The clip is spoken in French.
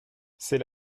c’est